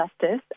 justice